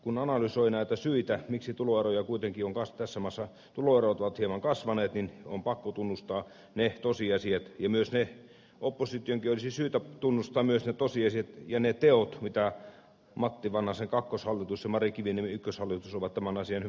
kun analysoi näitä syitä miksi tuloerot ovat tässä maassa hieman kasvaneet on pakko tunnustaa ja myös opposition olisi syytä tunnustaa ne tosiasiat ja ne teot mitä matti vanhasen kakkoshallitus ja mari kiviniemen ykköshallitus ovat tämän asian hyväksi tehneet